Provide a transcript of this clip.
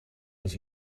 eens